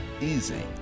easy